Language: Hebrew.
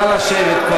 נא לשבת,